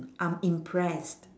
I'm impressed